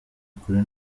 ukuri